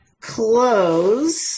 close